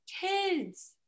kids